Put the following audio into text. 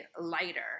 lighter